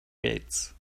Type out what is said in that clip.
gates